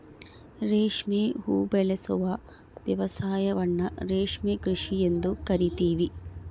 ರೇಷ್ಮೆ ಉಬೆಳೆಸುವ ವ್ಯವಸಾಯವನ್ನ ರೇಷ್ಮೆ ಕೃಷಿ ಎಂದು ಕರಿತೀವಿ